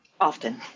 Often